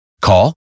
Call